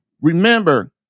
Remember